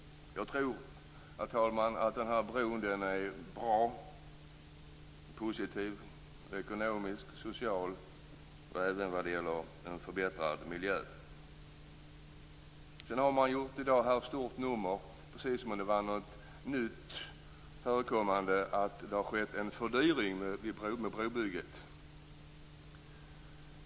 Herr talman! Jag tror att den här bron är bra, positiv, ekonomisk, social och även ger en förbättrad miljö. Sedan har man i dag gjort ett stort nummer av att det har skett en fördyring av brobygget, precis som det var något nytt förekommande.